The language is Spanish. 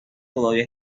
todavía